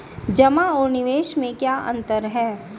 जमा और निवेश में क्या अंतर है?